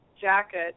jacket